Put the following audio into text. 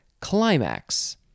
climax